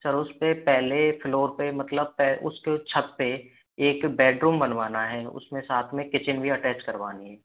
sir उसपे पहले floor पे मतलब उसके छत पे एक बैडरूम बनवाना है उसमें साथ में किचिन भी अटैच करवानी है